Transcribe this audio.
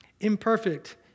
Imperfect